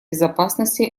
безопасности